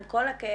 עם כל הכאב,